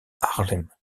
harlem